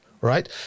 right